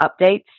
updates